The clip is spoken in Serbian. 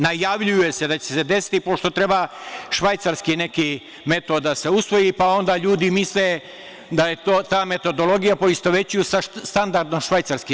Najavljuje se da će se desiti pošto treba „švajcarski metod“ neki da se usvoji, pa onda ljudi misle da je ta metodologija, poistovećuju je sa standardom Švajcarske.